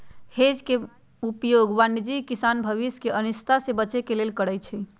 hedge के उपयोग वाणिज्यिक किसान भविष्य के अनिश्चितता से बचे के लेल करइ छै